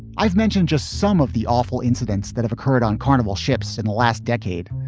i've mentioned just some of the awful incidents that have occurred on carnival ships in the last decade.